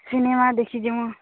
cinema ଦେଖି ଜିବୁ